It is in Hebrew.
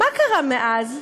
מה קרה מאז?